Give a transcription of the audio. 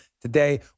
today